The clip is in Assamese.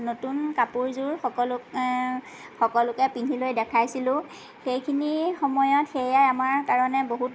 নতুন কাপোৰযোৰ সকলো সকলোকে পিন্ধি লৈ দেখাইছিলো সেইখিনি সময়ত সেয়াই আমাৰ কাৰণে বহুত